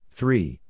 Three